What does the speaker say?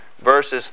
verses